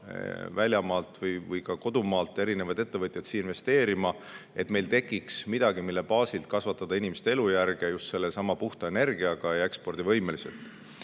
väljamaalt või ka kodumaalt erinevaid ettevõtjaid siia investeerima, et meil tekiks midagi, mille baasilt parandada inimeste elujärge just sellesama puhta energiaga ja ekspordivõimeliselt.